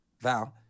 vow